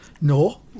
No